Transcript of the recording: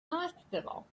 hospital